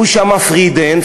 הוא שמע frieden,